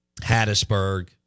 Hattiesburg